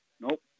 Nope